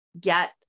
get